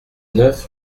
neuf